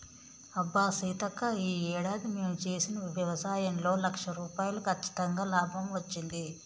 అబ్బా సీతక్క ఈ ఏడాది మేము చేసిన వ్యవసాయంలో లక్ష రూపాయలు కచ్చితంగా లాభం వచ్చింది